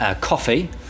coffee